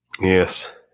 Yes